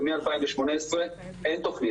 ומאז אין תכנית.